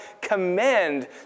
commend